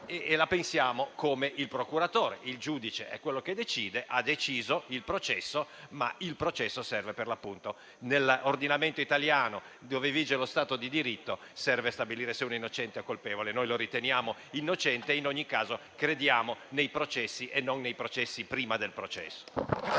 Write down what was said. la pensiamo come il procuratore. Il giudice, colui che decide, ha deciso per il processo, ma quest'ultimo, nell'ordinamento italiano, dove vige lo Stato di diritto, serve a stabilire se una persona sia innocente o colpevole. Noi lo riteniamo innocente e, in ogni caso, crediamo nei processi e non nei processi prima del processo.